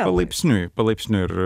palaipsniui palaipsniui ir